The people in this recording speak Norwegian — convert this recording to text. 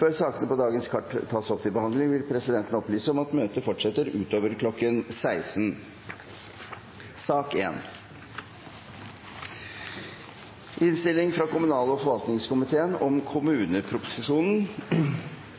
Før sakene på dagens kart tas opp til behandling, vil presidenten opplyse om at møtet fortsetter utover kl. 16. Etter ønske fra kommunal- og forvaltningskomiteen